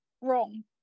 wrong